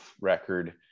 record